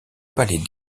palais